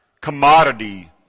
commodity